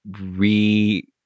re